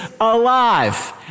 alive